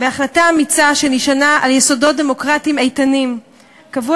בהחלטה אמיצה שנשענה על יסודות דמוקרטיים איתנים קבעו